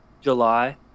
July